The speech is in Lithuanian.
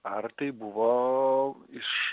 ar tai buvo iš